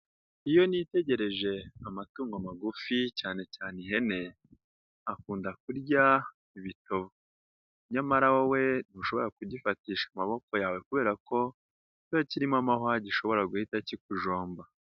Iyo nitegereje amatungo magufi cyane cyane ihene, akunda kurya ibitovu. Nyamara wowe ntushobora kugifatisha amaboko yawe kubera ko iyo kirimo amahwa gishobora guhita kikujomba.